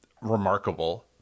remarkable